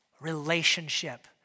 Relationship